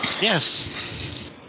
Yes